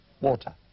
Water